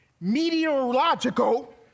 meteorological